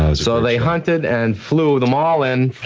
ah so they hunted and flew them all in.